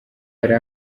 yari